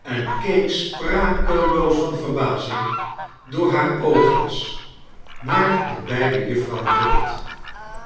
en keek sprakeloos van verbazing door haar oogglas naar de beide juffrouwen dorrit